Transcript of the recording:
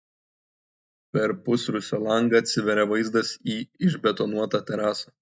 per pusrūsio langą atsiveria vaizdas į išbetonuotą terasą